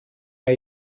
mir